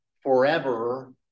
forever